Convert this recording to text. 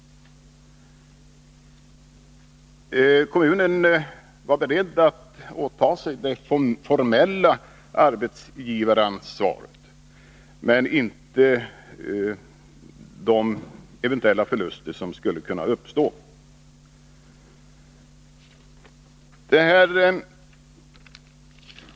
Kommunen var beredd att åta sig det formella arbetsgivaransvaret, men ville inte svara för de eventuella förluster som skulle kunna uppstå.